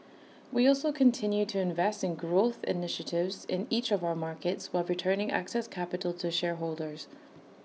we also continued to invest in growth initiatives in each of our markets while returning excess capital to shareholders